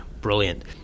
Brilliant